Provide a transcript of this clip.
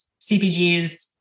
CPGs